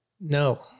no